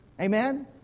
Amen